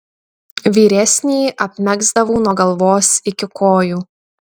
vyresnįjį apmegzdavau nuo galvos iki kojų